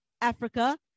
Africa